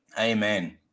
Amen